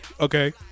Okay